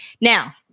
now